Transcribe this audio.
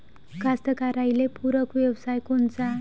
कास्तकाराइले पूरक व्यवसाय कोनचा?